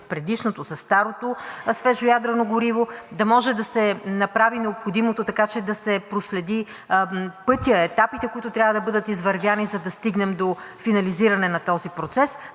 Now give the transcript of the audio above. предишното – със старото свежо ядрено гориво, да може да се направи необходимото, така че да се проследи пътят, етапите, които трябва да бъдат извървени, за да стигнем до финализиране на този процес.